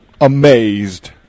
amazed